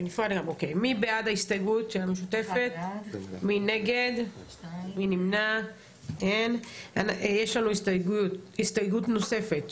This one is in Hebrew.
הצבעה בעד, 1 נגד, 2 נמנעים, אין ההסתייגות נפלה.